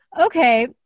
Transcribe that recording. Okay